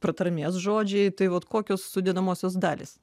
pratarmės žodžiai tai vat kokios sudedamosios dalys